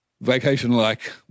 vacation-like